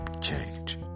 change